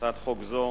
הצעת חוק זו,